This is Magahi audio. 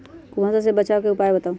कुहासा से बचाव के उपाय बताऊ?